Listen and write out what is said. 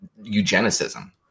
eugenicism